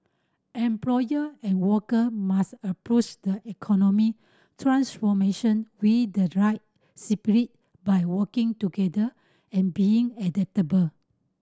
employer and worker must approach the economic transformation with the right spirit by working together and being adaptable